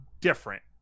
different